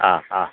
ആ ആ